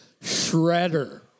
shredder